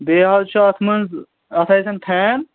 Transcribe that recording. بیٚیہِ حظ چھُ اَتھ منٛز اَتھ آسٮ۪ن فین